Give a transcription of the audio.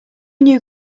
knew